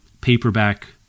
paperback